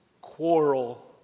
quarrel